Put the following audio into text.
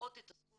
לפחות את הסכום